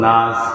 Nas